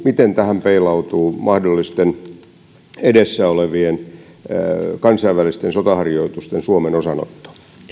miten tähän peilautuu mahdollisten edessä olevien kansainvälisten sotaharjoitusten suomen osanotto